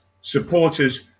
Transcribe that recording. Supporters